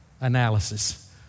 analysis